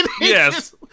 Yes